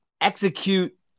execute